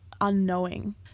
unknowing